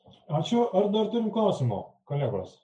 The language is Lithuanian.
ačiū ar dar turim klausimų kolegos